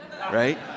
right